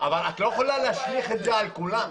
אבל את לא יכולה להשליך את זה על כולם.